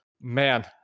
man